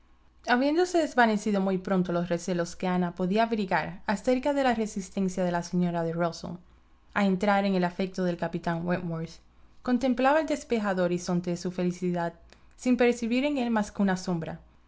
habiéndose desvanecido muy pronto los recelos que ana podía abrigar acerca de la resistencia de la señora de rusell a entrar en el afecto del capitán wentworth contemplaba el despejado horizonte de su felicidad sin percibir en él más que una sombra